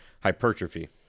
hypertrophy